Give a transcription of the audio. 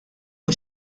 mhu